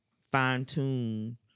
fine-tune